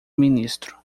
ministro